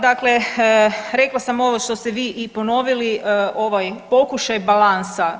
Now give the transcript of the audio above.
Dakle, rekla sam ovo što ste vi i ponovili, ovaj pokušaj balansa.